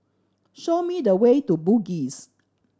show me the way to Bugis